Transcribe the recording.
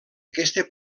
aquesta